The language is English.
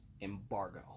embargo